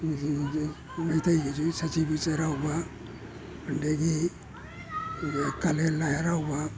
ꯃꯩꯇꯩꯒꯤꯁꯨ ꯁꯖꯤꯕꯨ ꯆꯩꯔꯥꯎꯕ ꯑꯗꯒꯤ ꯀꯥꯂꯦꯟ ꯂꯥꯏ ꯍꯥꯔꯥꯎꯕ